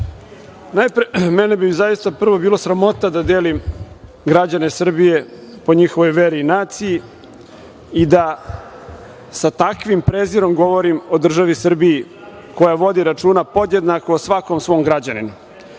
Najpre, mene bi zaista prvo bilo sramota da delim građane Srbije po njihovoj veri i naciji i da sa takvim prezirom govorim o državi Srbiji koja vodi računa podjednako o svakom svom građaninu. Nikada